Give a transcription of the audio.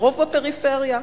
הרוב בפריפריה.